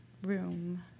Room